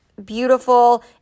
beautiful